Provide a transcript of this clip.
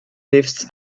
lifts